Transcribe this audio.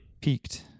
peaked